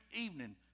evening